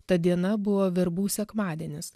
ta diena buvo verbų sekmadienis